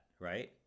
right